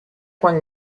quan